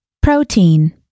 Protein